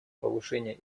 повышение